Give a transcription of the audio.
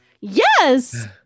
Yes